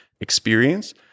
experience